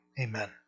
amen